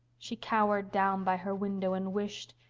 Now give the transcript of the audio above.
she cowered down by her window and wished,